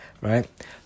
right